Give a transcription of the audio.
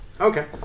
Okay